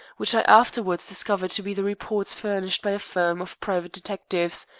which i afterwards discovered to be the reports furnished by a firm of private detectives,